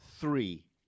three